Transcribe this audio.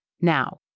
Now